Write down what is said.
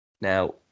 Now